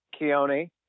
Keone